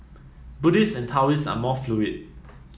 Buddhists and Taoists are more fluid